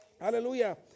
Hallelujah